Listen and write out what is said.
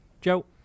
Joe